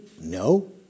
No